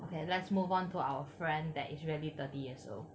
okay let's move on to our friend that is really thirty years old